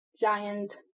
giant